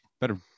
better